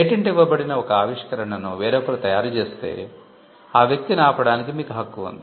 patent ఇవ్వబడిన ఒక ఆవిష్కరణను వేరొకరు తయారు చేస్తే ఆ వ్యక్తిని ఆపడానికి మీకు హక్కు ఉంది